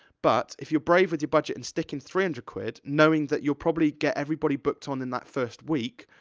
but, if you're brave with your budget and sticking three and hundred quid, knowing that you'll probably get everybody booked on in that first week,